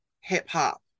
hip-hop